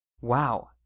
Wow